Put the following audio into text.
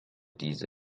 diese